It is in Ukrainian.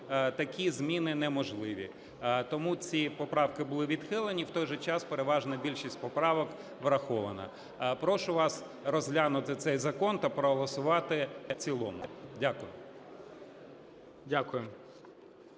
такі зміни неможливі. Тому ці поправки були відхилені, в той же час переважна більшість поправок врахована. Прошу вас розглянути цей закон та проголосувати в цілому. Дякую.